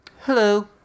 Hello